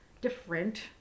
different